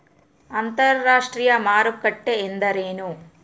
ಅಂತರಾಷ್ಟ್ರೇಯ ಮಾರುಕಟ್ಟೆ ಎಂದರೇನು?